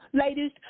ladies